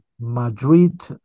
Madrid